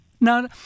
Now